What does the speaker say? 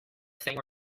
thing